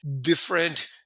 different